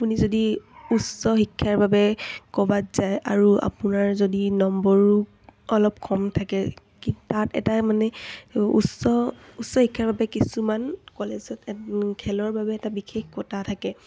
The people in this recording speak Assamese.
আপুনি যদি উচ্চ শিক্ষাৰ বাবে ক'ৰবাত যায় আৰু আপোনাৰ যদি নম্বৰো অলপ কম থাকে কি তাত এটা মানে উচ্চ উচ্চ শিক্ষাৰ বাবে কিছুমান কলেজত খেলৰ বাবে এটা বিশেষ ক'টা থাকে